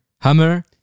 Hammer